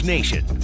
Nation